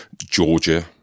Georgia